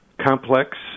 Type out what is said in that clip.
complex